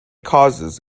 causes